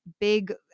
big